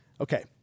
Okay